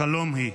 חלום היא".